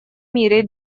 мире